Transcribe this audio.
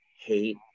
hate